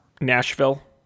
nashville